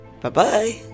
Bye-bye